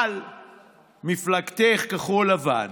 אבל מפלגתך, כחול לבן,